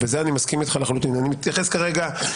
ובזה אני מסכים איתך לחלוטין אני מתייחס כרגע